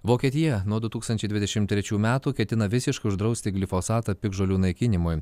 vokietija nuo du tūkstančiai dvidešim trečių metų ketina visiškai uždrausti glifosatą piktžolių naikinimui